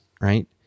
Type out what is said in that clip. right